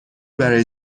برای